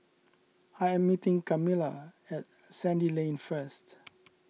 I am meeting Kamilah at Sandy Lane first